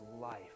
life